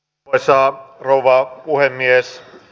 arvoisa rouva puhemies